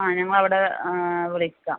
ആ ഞങ്ങൾ അവിടെ വിളിക്കാം